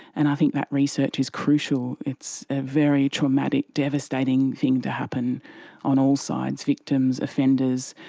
and i think that research is crucial. it's a very traumatic, devastating thing to happen on all sides, victims, offenders,